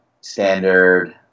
standard